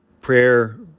prayer